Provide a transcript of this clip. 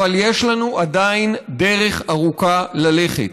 אבל יש לנו עדיין דרך ארוכה ללכת.